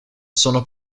sono